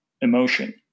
emotion